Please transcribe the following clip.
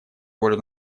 волю